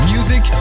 Music